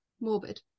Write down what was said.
morbid